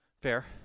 Fair